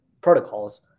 protocols